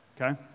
okay